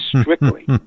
strictly